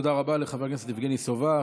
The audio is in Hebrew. תודה רבה לחבר הכנסת יבגני סובה.